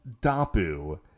Dapu